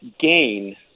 gain